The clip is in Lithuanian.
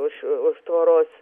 už už tvoros